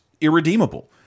irredeemable